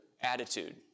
attitude